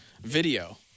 video